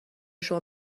شما